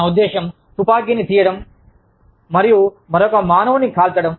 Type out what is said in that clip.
నా ఉద్దేశ్యం తుపాకీని తీయడం మరియు మరొక మానవుడిని కాల్చడం